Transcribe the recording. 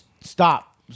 Stop